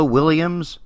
Williams